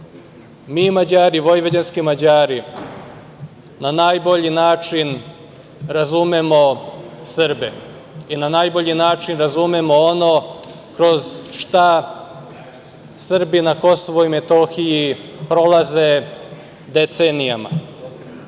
Mi vojvođanski Mađari na najbolji način razumemo Srbe i na najbolji način razumemo ono kroz šta Srbi na Kosovu i Metohiji prolaze decenijama. Sada